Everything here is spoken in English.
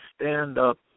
stand-up